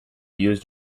used